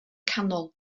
canol